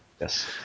yes